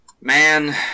Man